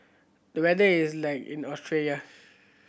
the weather is like in Australia